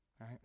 right